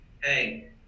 hey